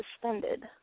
suspended